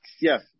Yes